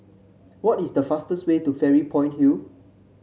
what is the fastest way to Fairy Point Hill